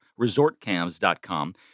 resortcams.com